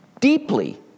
deeply